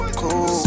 cool